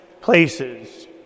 places